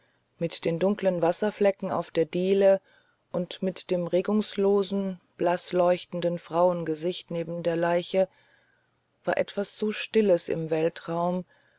mit den dunkeln wasserflecken auf der diele und mit dem regungslosen blaßleuchtenden frauengesicht neben der leiche war etwas so stilles im weltraum